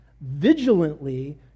vigilantly